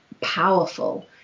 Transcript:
powerful